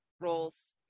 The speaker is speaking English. roles